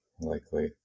likely